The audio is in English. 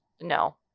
No